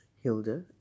Hilda